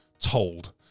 told